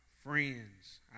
Friends